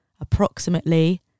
approximately